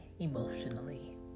emotionally